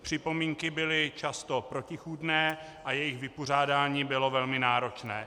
Připomínky byly často protichůdné a jejich vypořádání bylo velmi náročné.